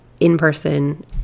in-person